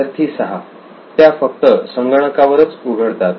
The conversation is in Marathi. विद्यार्थी 6 त्या फक्त संगणकावरच उघडतात